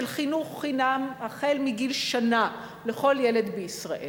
חינוך חינם החל מגיל שנה לכל ילד בישראל,